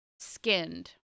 Skinned